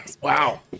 Wow